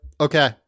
Okay